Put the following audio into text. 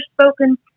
spoken